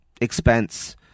expense